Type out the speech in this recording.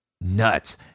Nuts